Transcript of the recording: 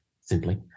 simply